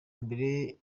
mbere